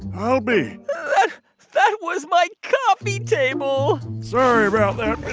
i'll be that was my coffee table sorry about that,